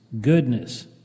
goodness